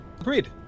agreed